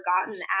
forgotten